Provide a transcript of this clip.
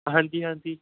ਹਾਂਜੀ ਹਾਂਜੀ